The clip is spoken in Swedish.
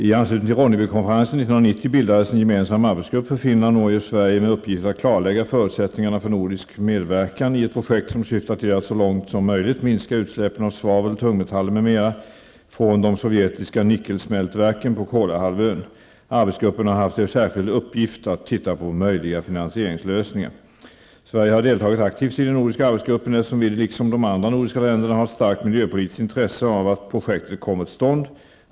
I anslutning till Ronnebykonferensen 1990 bildades en gemensam arbetsgrupp för Finland, Norge och Sverige med uppgift att klarlägga förutsättningarna för nordisk medverkan i ett projekt som syftar till att så långt som möjligt minska utsläppen av svavel, tungmetaller m.m. från de sovjetiska nickelsmältverken på Kolahalvön. Arbetsgruppen har haft till särskild uppgift att titta på möjliga finansieringslösningar. Sverige har deltagit aktivt i den nordiska arbetsgruppen, eftersom vi liksom de andra nordiska länderna har ett starkt miljöpolitiskt intresse av att projektet kommer till stånd.